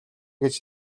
гэж